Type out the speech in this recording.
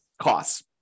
costs